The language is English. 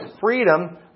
freedom